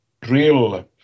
drill